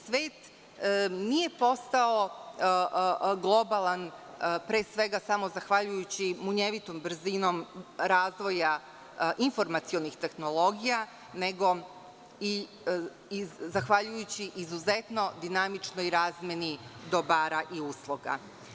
Svet nije postao globalan pre svega samo zahvaljujući munjevitom brzinom razvoja informacionih tehnologija nego i zahvaljujući izuzetno dinamičnoj razmeni dobara i usluga.